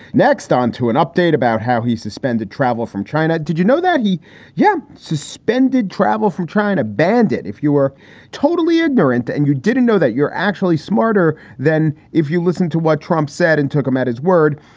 next, onto an update about how he suspended travel from china. did you know that he yeah suspended travel from trying to bandit if you were totally ignorant and you didn't know that you're actually smarter than if you listen to what trump said and took him at his word,